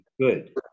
good